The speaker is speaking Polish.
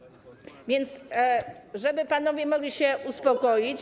A więc, żeby panowie mogli się uspokoić.